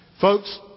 Folks